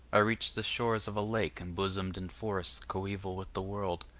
i reached the shores of a lake embosomed in forests coeval with the world.